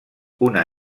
una